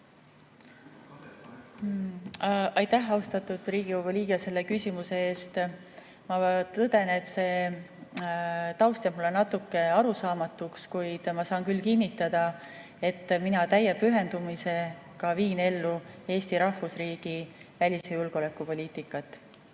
Aitäh, austatud Riigikogu liige, selle küsimuse eest! Ma tõden, et see taust jääb mulle natuke arusaamatuks, kuid ma saan küll kinnitada, et mina täie pühendumisega viin ellu Eesti rahvusriigi välis‑ ja julgeolekupoliitikat.